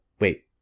wait